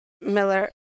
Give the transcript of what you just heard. Miller